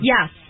Yes